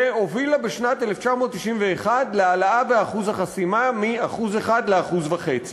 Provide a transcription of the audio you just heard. שהובילה בשנת 1991 להעלאה באחוז החסימה מ-1% ל-1.5%.